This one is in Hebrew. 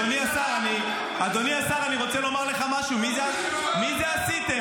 אדוני השר, אני רוצה לומר לך משהו, מי זה "עשיתם"?